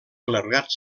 clergat